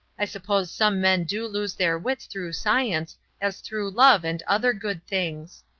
i suppose some men do lose their wits through science as through love and other good things.